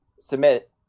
submit